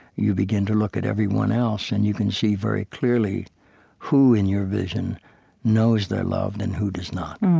you begin to look at everyone else, and you can see very clearly who in your vision knows they're loved, and who does not.